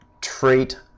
trait